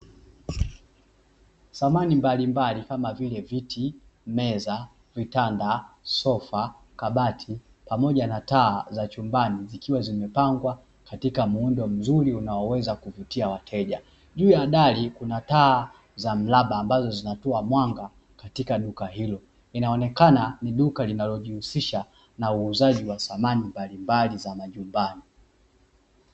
Samani mbalimbali kama vile viti, meza, vitanda, sofa, kabati pamoja na taa za chumbani zikiwa zimepangwa katika muundo mzuri unaoweza kupitia ayeja juu ya dari kuna taa za mraba ambazo zinztoz mwanga katika duka hilo inaonekana ni duka linalojihusisha na uuzaji mbalimbali wa samani.